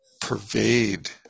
pervade